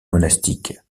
monastique